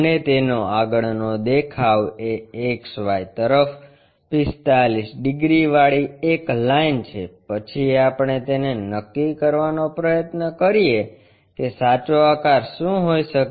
અને તેનો આગળનો દેખાવ એ XY તરફ 45 ડિગ્રી વાળી એક લાઇન છે પછી આપણે તેને નક્કી કરવાનો પ્રયત્ન કરીએ કે સાચો આકાર શું હોઈ શકે